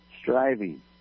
striving